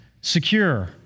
secure